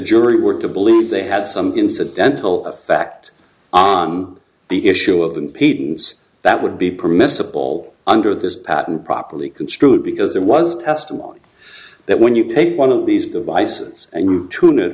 jury were to believe they had some incidental effect on the issue of the peyton's that would be permissible under this patent properly construed because there was testimony that when you take one of these devices and tun